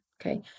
Okay